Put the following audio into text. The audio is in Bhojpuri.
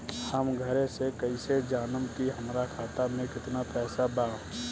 हम घरे से कैसे जानम की हमरा खाता मे केतना पैसा बा?